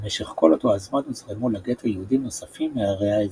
במשך כל אותו הזמן הוזרמו לגטו יהודים נוספים מערי האזור.